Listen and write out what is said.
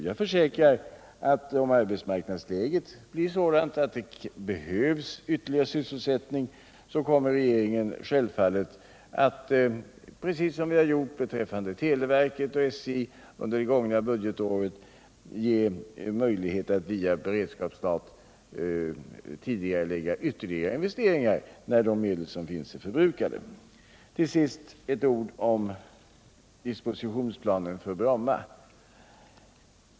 Jag försäkrar att om arbetsmarknadsläget blir sådant att det behövs ytterligare sysselsättning, kommer regeringen självfallet att, precis som vi har gjort beträffande televerket och SJ under det gångna budgetåret, skapa 2 möjligheter att via beredskapsstat tidigarelägga ytterligare investeringar, när de medel som finns är förbrukade. Till slut ett par ord om dispositionsplanen för Bromma.